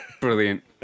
brilliant